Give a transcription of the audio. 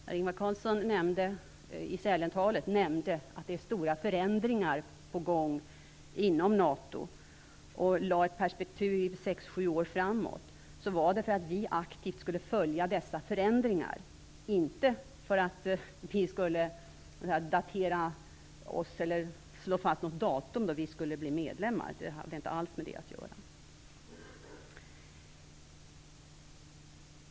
När Ingvar Carlsson i sitt tal i Sälen nämnde att det är stora förändringar på gång inom NATO med ett tidsperspektiv sex sju år framåt var det för att vi aktivt skulle följa dessa förändringar, inte för att vi skulle fastslå något datum för vårt medlemskap. Det hade inte alls med det att göra.